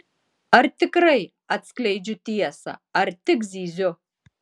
ar tikrai atskleidžiu tiesą ar tik zyziu